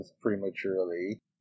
prematurely